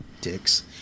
Dicks